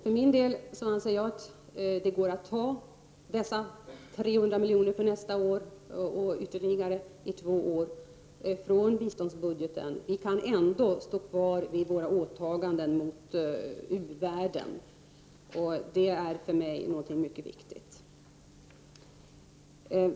För min del anser jag att det går att ta dessa 300 milj.kr. för nästa år och ytterligare två år från biståndsbudgeten. Vi kan ändå stå fast vid våra åtaganden mot u-världen — och det är för mig något mycket viktigt.